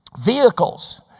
vehicles